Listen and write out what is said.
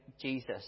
Jesus